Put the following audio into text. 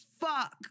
fuck